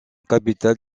capital